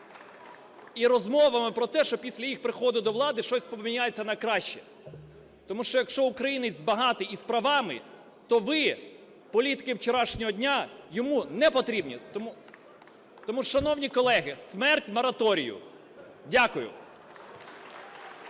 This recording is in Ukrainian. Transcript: і розмовами про те, що після їх приходу до влади щось поміняється на краще. Тому що якщо українець багатий і з правами, то ви, політики вчорашнього дня, йому непотрібні. Тому, шановні колеги, смерть мораторію! Дякую.